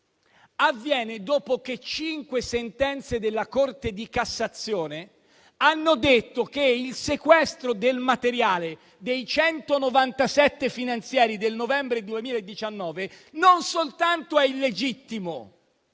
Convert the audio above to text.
arriva dopo che cinque sentenze della Corte di cassazione hanno detto che il sequestro del materiale da parte dei 197 finanzieri del novembre 2019 non soltanto è illegittimo,